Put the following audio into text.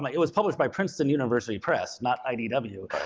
like it was published by princeton university press, not idw.